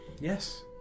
Yes